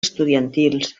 estudiantils